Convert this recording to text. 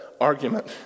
argument